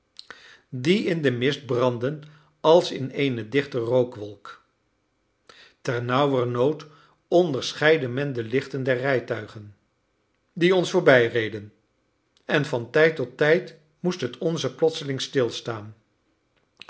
die in den mist brandden als in eene dichte rookwolk ternauwernood onderscheidde men de lichten der rijtuigen die ons voorbij reden en van tijd tot tijd moest het onze plotseling stilstaan